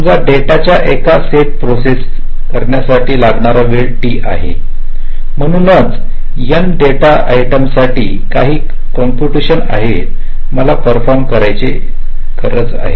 समजा डेटाच्या एका सेट प्रोसेस करण्यासाठी लागणारा वेळ T आहे म्हणून च N डेटा आयटमसाठी काही कॉम्पुटेशनल आहेत मला परफॉमि करायची आहेत